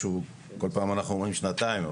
כל פעם אנחנו אומרים שנתיים,